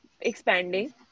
expanding